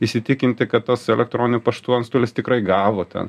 įsitikinti kad tas elektroniniu paštu antstolis tikrai gavo ten